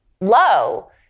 low